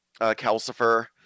Calcifer